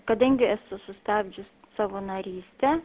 kadangi esu sustabdžius savo narystę